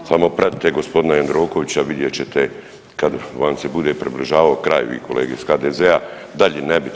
Samo pratite gospodina Jandrokovića vidjet ćete kada vam se bude približavao kraj vi kolege iz HDZ-a, dalje nebitno.